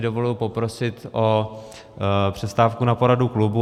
Dovoluji si poprosit o přestávku na poradu klubu.